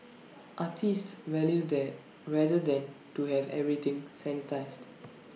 artists value that rather than to have everything sanitised